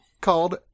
called